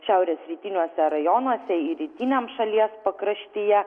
šiaurės rytiniuose rajonuose ir rytiniam šalies pakraštyje